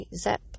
zip